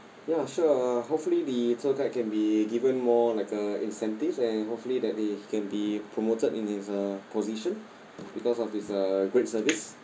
ya sure hopefully the tour guide can be given more like uh incentives and hopefully that he can be promoted in his uh position because of his a uh great service